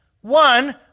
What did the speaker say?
one